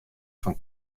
fan